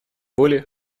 воли